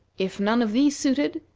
if none of these suited,